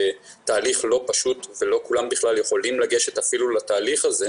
זה תהליך לא פשוט ולא כולם בכלל יכולים לגשת אפילו לתהליך הזה,